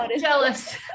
jealous